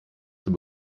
zur